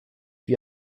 wie